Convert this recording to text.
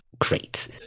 great